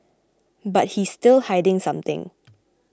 but he's still hiding something